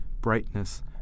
Brightness